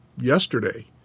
yesterday